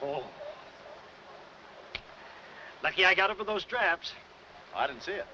oh lucky i got over those traps i didn't see